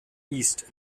eased